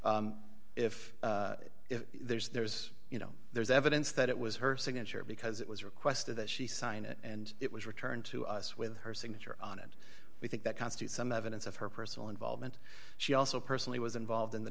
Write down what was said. if there's you know there's evidence that it was her signature because it was requested that she sign it and it was returned to us with her signature on it we think that constitutes some evidence of her personal involvement she also personally was involved in the